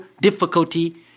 difficulty